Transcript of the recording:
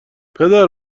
پدر